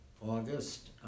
august